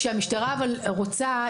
אבל כשהמשטרה רוצה,